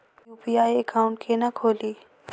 UPI account केना खोलि?